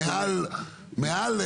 חובות מעל,